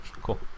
Cool